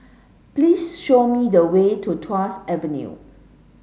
please show me the way to Tuas Avenue